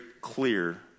clear